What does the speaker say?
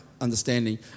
understanding